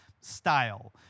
style